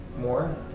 more